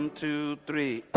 to three